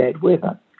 weather